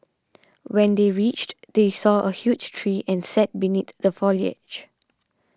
when they reached they saw a huge tree and sat beneath the foliage